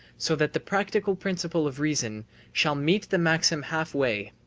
so that the practical principle of reason shall meet the maxim half way.